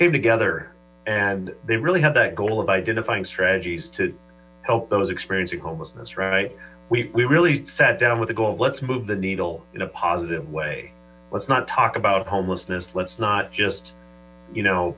came together and they really had that goal of identifying strategies to help those experiencing homelessness right we really sat down with the goal of let's move the needle in a positive way let's not talk about homelessness let's not just you